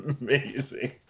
amazing